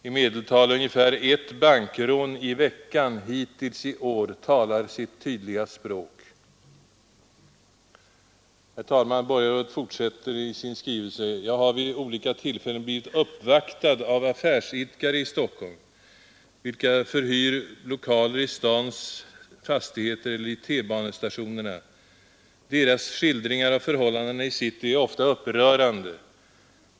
I medeltal ungefär ett bankrån i veckan hittills i år talar sitt tydliga språk.” Borgarrådet fortsätter i sin skrivelse: ”Jag har vid olika tillfällen blivit uppvaktad av affärsidkare i Stockholm, vilka förhyr lokaler i stadens fastigheter eller i T-banestationerna. Deras skildringar av förhållandena i city är ofta upprörande.